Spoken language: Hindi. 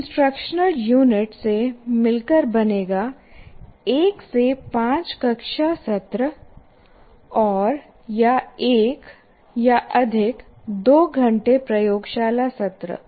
एक इंस्ट्रक्शनल यूनिट से मिलकर बनेगा 1 से 5 कक्षा सत्र औरया 1 या अधिक 2 घंटे प्रयोगशाला सत्र